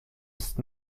ist